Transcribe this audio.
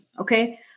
Okay